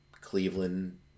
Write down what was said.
Cleveland